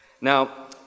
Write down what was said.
Now